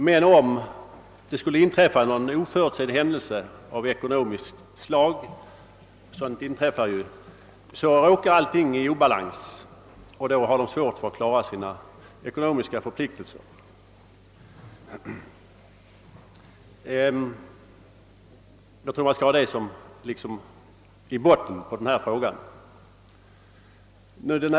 Men om det skulle inträffa någon oförutsedd händelse av ekonomiskt slag — sådant förekommer ju — så råkar allting i obalans för dem, och de får svårt att klara sina ekonomiska förpliktelser. Jag tror att detta faktum bör läggas i botten när vi behandlar denna fråga.